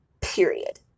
period